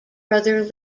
brother